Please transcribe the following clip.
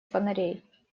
фонарей